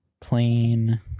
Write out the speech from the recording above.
plain